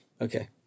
okay